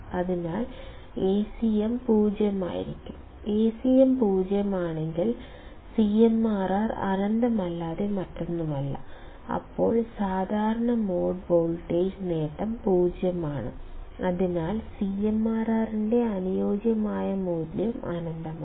അതിനാൽ Acm 0 ആയിരിക്കണം Acm 0 ആണെങ്കിൽ CMRR അനന്തമല്ലാതെ മറ്റൊന്നുമല്ല അപ്പോൾ സാധാരണ മോഡ് വോൾട്ടേജ് നേട്ടം 0 ആണ് അതിനാൽ CMRR ന്റെ അനുയോജ്യമായ മൂല്യം അനന്തമാണ്